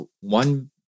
one